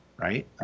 Right